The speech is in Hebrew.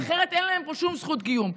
כי אחרת אין להם פה שום זכות קיום.